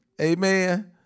Amen